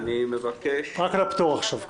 רק על הפטור עכשיו.